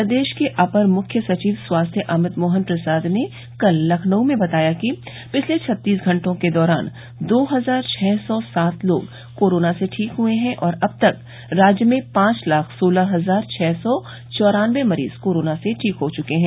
प्रदेश के अपर मुख्य सचिव स्वास्थ्य अमित मोहन प्रसाद ने कल लखनऊ में बताया कि पिछले छत्तीस घंटों के दौरान दो हजार छः सौ सात लोग कोरोना से ठीक हुए है और अब तक राज्य में पांच लाख सोलह हजार छ सौ चौरान्नबे मरीज कोरोना से ठीक हो चुके हैं